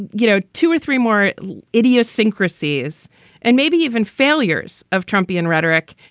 you know, two or three more idiosyncrasies and maybe even failures of trumpian rhetoric,